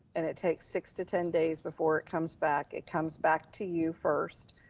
and it takes six to ten days before it comes back, it comes back to you first,